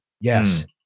Yes